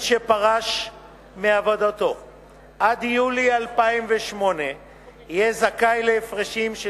שפרש מעבודתו עד יולי 2008 יהיה זכאי להפרשים של